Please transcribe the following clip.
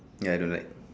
ya I don't like